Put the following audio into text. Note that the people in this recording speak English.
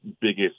biggest